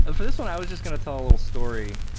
ah for this one, i was just going to tell a little story.